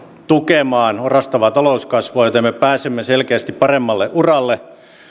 tukemaan orastavaa talouskasvua joten me pääsemme selkeästi paremmalle uralle